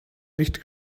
nicht